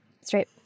Straight